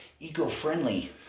eco-friendly